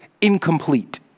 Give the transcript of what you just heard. incomplete